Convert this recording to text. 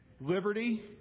Liberty